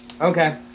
Okay